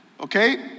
okay